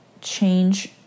change